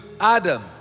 Adam